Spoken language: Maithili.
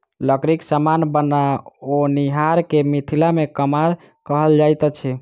लकड़ीक समान बनओनिहार के मिथिला मे कमार कहल जाइत अछि